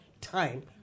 time